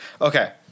okay